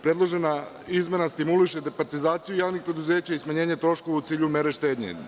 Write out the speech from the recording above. Predložena izmena stimuliše departizaciju javnih preduzeća i smanjenja troškova u cilju mere štednje.